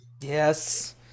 Yes